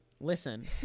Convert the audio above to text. Listen